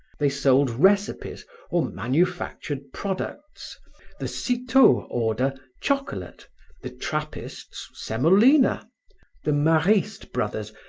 they sold recipes or manufactured products the citeaux order, chocolate the trappists, semolina the maristes brothers,